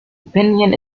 opinion